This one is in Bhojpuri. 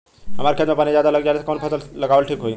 हमरा खेत में पानी ज्यादा लग जाले कवन फसल लगावल ठीक होई?